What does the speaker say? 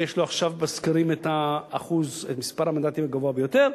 ויש לו עכשיו בסקרים את מספר המנדטים הגבוה ביותר,